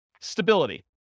Stability